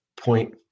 point